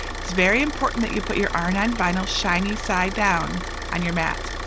it's very important that you put your iron-on vinyl shiny side down on your mat.